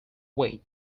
wait